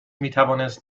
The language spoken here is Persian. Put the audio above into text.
میتوانست